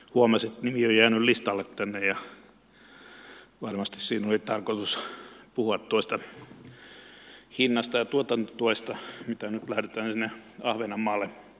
huomasin että nimi on jäänyt listalle ja varmasti oli tarkoitus puhua tuosta hinnasta ja tuotantotuesta mitä nyt lähdetään sinne ahvenanmaalle suuntaamaan